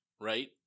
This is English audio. right